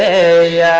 a